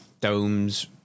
Domes